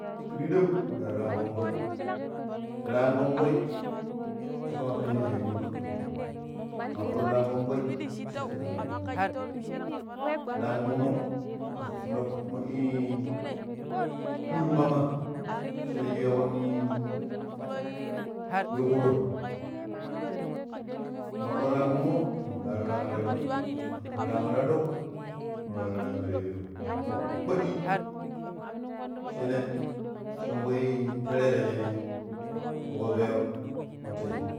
﻿Pirbidau mun ru terean ƙoonvoi tere an koonvoi caƙƙa ƙpadɗiji pang yajukunung ƙan ɗoƙi ma ƙpaduƙo terean ƙoonvoi sai tere an gbummo ter an gbummo mo'o moii ƙulimu ƙamma shene shii weƙon ii we ƙuuro ma ƙpaduƙo tere angbummo nwra. Tere an areɗoƙ ma kwadugo tere an are duk mura tere an are peleu mo ƙpa̱di shene shomboi tere ta shenemu ta foƙ pipero mo tei.